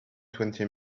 twenty